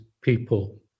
people